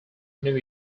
new